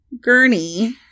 Gurney